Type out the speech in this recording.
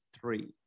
three